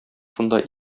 шунда